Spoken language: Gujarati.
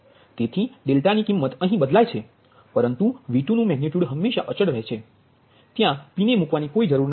તેથી 1ની કિમ્મત અહી બદલાય છે પરંતુ V2નુ મેગનિટ્યુડ હંમેશા અચલ રહેતુ હોવાથી ત્યા p ને મૂકવાની જરૂર નથી